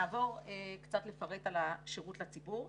נפרט לגבי השירות לציבור.